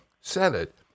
Senate